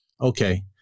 Okay